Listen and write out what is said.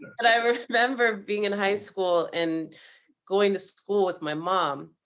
remember being in high school and going to school with my mom,